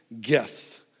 Gifts